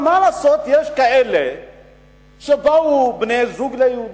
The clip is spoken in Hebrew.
אבל מה לעשות, יש כאלה שבאו בני-זוג של יהודים,